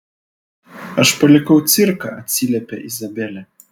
aš palikau cirką atsiliepia izabelė